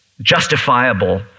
justifiable